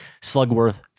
Slugworth